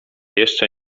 jeszcze